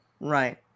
Right